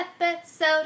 episode